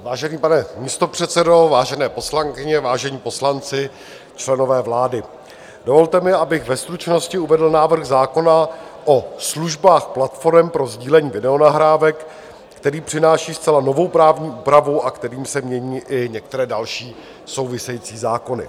Vážený pane místopředsedo, vážené poslankyně, vážení poslanci, členové vlády, dovolte mi, abych ve stručnosti uvedl návrh zákona o službách platforem pro sdílení videonahrávek, který přináší zcela novou právní úpravu a kterým se mění i některé další související zákony.